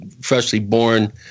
freshly-born